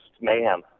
mayhem